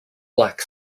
black